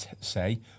say